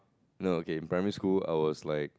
no okay in primary school I was like